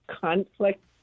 conflict